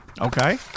Okay